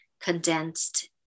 condensed